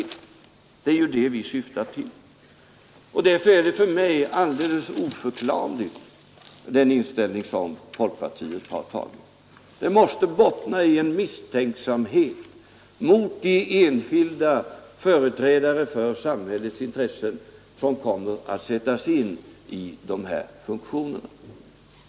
Det är detta vi syftar till. Därför är den inställning som folkpartiet har intagit alldeles oförklarlig för mig. Den måste bottna i misstänksamhet mot de enskilda företrädare för samhällets intressen som kommer att sättas in i de här funktionerna.